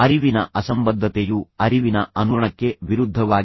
ಅರಿವಿನ ಅಸಂಬದ್ಧತೆಯು ಅರಿವಿನ ಅನುರಣಕ್ಕೆ ವಿರುದ್ಧವಾಗಿದೆ